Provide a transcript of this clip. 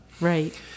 Right